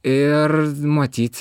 ir matyt